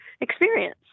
experience